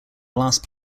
last